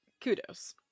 kudos